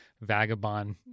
vagabond